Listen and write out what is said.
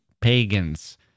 pagans